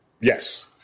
Yes